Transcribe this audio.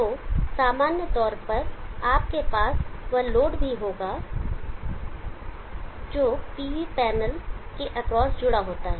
तो सामान्य तौर पर आपके पास वह लोड भी होगा जो PV पैनल के एक्रॉस जुड़ा होता है